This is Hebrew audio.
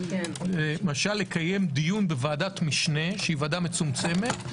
למשל לקיים דיון בוועדת משנה שהיא ועדה מצומצמת,